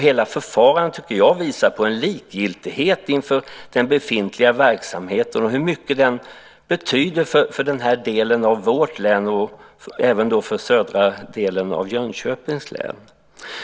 Hela förfarandet visar på en likgiltighet inför den befintliga verksamheten och hur mycket den betyder för den här delen av vårt län och även för södra delen av Jönköpings län.